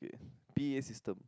p_a system